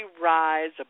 rise